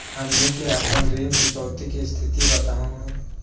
हमनी के अपन ऋण चुकौती के स्थिति बताहु हो?